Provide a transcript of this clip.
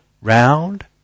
round